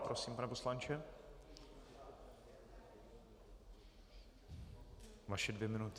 Prosím, pane poslanče, vaše dvě minuty.